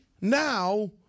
now